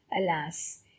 Alas